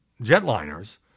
jetliners